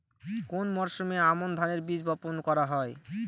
কোন মরশুমে আমন ধানের বীজ বপন করা হয়?